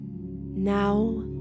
Now